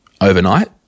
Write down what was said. overnight